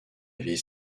vieille